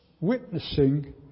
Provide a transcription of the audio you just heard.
witnessing